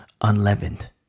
unleavened